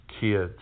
kids